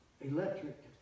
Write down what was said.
electric